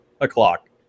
o'clock